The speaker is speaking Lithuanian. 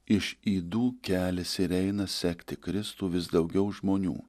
iš ydų keliasi ir eina sekti kristų vis daugiau žmonių